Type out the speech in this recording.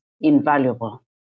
invaluable